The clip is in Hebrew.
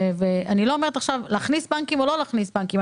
אני לא אומרת עכשיו אם להכניס בנקים או לא להכניס בנקים.